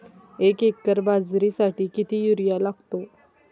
एक एकर बाजरीसाठी किती युरिया लागतो?